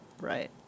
right